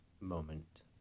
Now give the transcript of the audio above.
moment